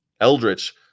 Eldritch